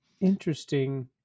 interesting